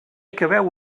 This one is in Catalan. acabeu